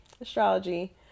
astrology